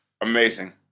Amazing